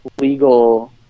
legal